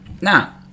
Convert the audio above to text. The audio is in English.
Now